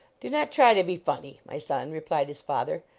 do not try to be funny, my son, re plied his father,